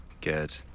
Good